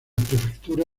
prefectura